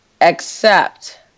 accept